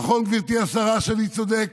נכון, גברתי השרה, שאני צודק?